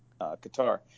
Qatar